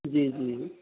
जी जी